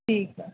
ठीकु आहे